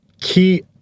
key